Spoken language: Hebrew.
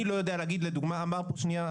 אני לא יודע להגיד לדוגמה שנייה,